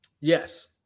Yes